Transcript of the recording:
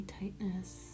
tightness